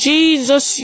Jesus